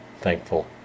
thankful